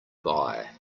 buy